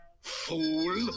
fool